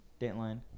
Dateline